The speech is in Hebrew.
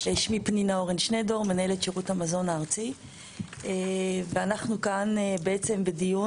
אני מנהלת שירות המזון הארצי ואנחנו כאן בדיון.